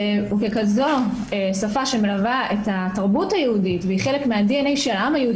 וככזו שפה שמלווה את התרבות היהודית והיא חלק מה-DNA של העם היהודי